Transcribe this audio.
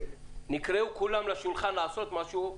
נקראו כולם לשולחן לעשות משהו,